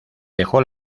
dejó